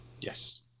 Yes